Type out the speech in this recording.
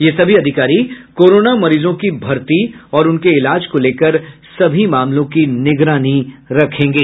ये सभी अधिकारी कोरोना मरीजों की भर्ती और इलाज को लेकर सभी मामलों की निगरानी रखेंगे